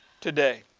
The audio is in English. today